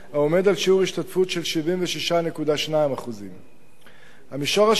העומד על שיעור השתתפות של 76.2%. המישור השני